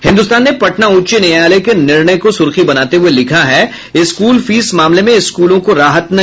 हिन्दुस्तान ने पटना उच्च न्यायालय के निर्णय को सुर्खी बनाते हुये लिखा है स्कूल फीस मामले में स्कूलों को राहत नहीं